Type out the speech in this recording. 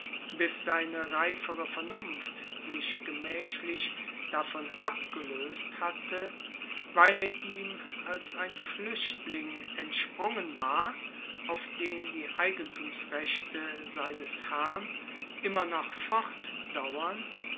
bis seine reifere vernunft sich gemächlich davon abgelöst hatte weil er ihm als ein flüchtling entsprungen war auf den die eigentumsrechte seines herrn immer noch